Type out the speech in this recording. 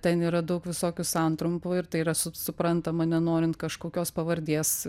ten yra daug visokių santrumpų ir tai yra su suprantama nenorint kažkokios pavardės